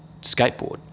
skateboard